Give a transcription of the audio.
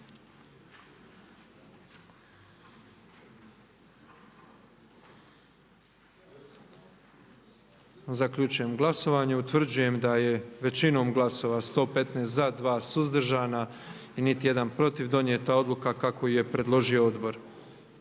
Zaključujem glasovanje. Utvrđujem da je većinom glasova 115 za, 2 suzdržana i niti jedan protiv donijeta odluka kako ju je preložio odbor.